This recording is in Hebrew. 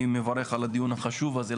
אני מברך על הדיון החשוב הזה.